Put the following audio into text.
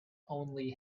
only